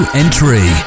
entry